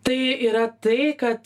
tai yra tai kad